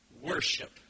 worship